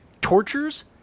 tortures